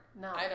No